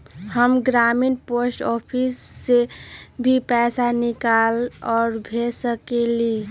हम ग्रामीण post office से भी पैसा निकाल और भेज सकेली?